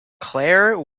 claire